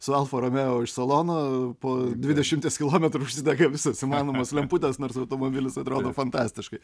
su alfa romeo iš salono po dvidešimties kilometrų užsidega visos įmanomos lemputės nors automobilis atrodo fantastiškai